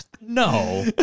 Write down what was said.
No